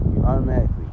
automatically